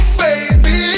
baby